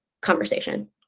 conversation